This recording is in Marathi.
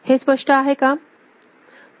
हे स्पष्ट आहे का